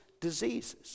diseases